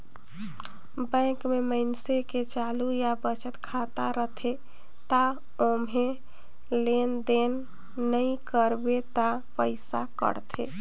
bank में मइनसे के चालू या बचत खाता रथे त ओम्हे लेन देन नइ करबे त पइसा कटथे